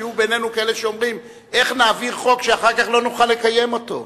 היו בינינו כאלה שאומרים: איך נעביר חוק שאחר כך לא נוכל לקיים אותו?